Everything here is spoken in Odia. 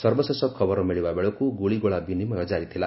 ସର୍ବଶେଷ ଖବର ମିଳିବା ବେଳକୁ ଗୁଳିଗୋଳା ବିମିମୟ ଜାରିଥିଲା